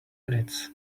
minutes